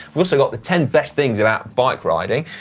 we've also got, the ten best things about bike riding.